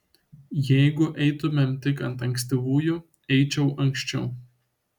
jeigu eitumėm tik ant ankstyvųjų eičiau anksčiau